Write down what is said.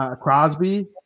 Crosby